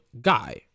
guy